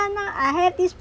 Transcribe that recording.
I have this